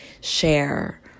share